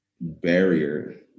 barrier